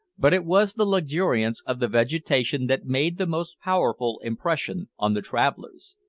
but it was the luxuriance of the vegetation that made the most powerful impression on the travellers.